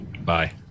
Bye